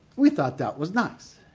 we thought that was nice.